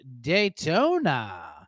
Daytona